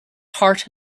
heart